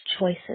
choices